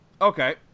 Okay